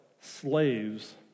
slaves